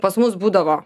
pas mus būdavo